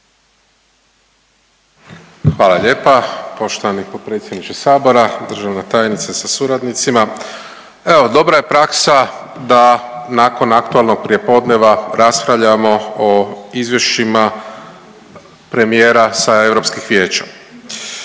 Hvala lijepa poštovani potpredsjedniče Sabora, državna tajnice sa suradnicima. Evo dobra je praksa da nakon aktualnog prijepodneva raspravljamo o izvješćima premijera sa Europskih vijeća.